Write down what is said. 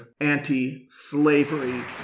anti-slavery